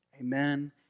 Amen